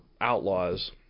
outlaws